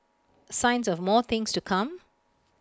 signs of more things to come